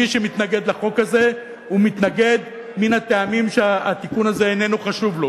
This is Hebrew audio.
מי שמתנגד לחוק הזה מתנגד מן הטעמים שהתיקון הזה איננו חשוב לו,